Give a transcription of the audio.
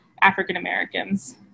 African-Americans